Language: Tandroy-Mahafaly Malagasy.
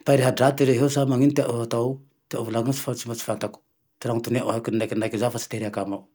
mipay raha-draty rehe sa ino ty teanao hatao, teao ho volane io fa-fa tsy fantako, ty raha anontania ahy kindraikendraike zaho fa tsy te hireheke aminao.